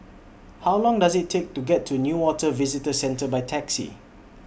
How Long Does IT Take to get to Newater Visitor Centre By Taxi